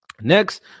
Next